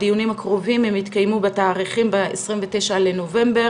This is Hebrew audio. הדיונים הקרובים יתקיימו בתאריכים 29 בנובמבר